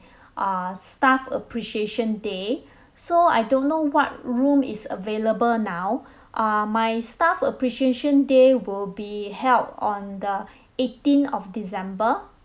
uh staff appreciation day so I don't know what room is available now uh my staff appreciation day will be held on the eighteen of december